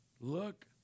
Look